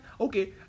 okay